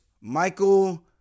Michael